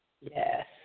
Yes